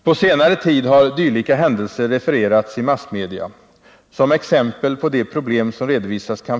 På senare tid har dylika händelser refererats i massmedia.